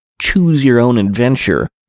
choose-your-own-adventure